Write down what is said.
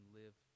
live